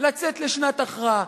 לצאת לשנת הכרעה.